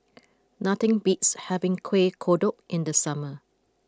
nothing beats having Kueh Kodok in the summer